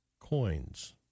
coins